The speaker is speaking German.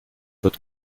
wird